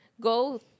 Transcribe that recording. go